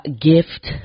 gift